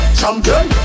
champion